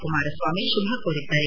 ಕುಮಾರಸ್ವಾಮಿ ಶುಭ ಕೋರಿದ್ದಾರೆ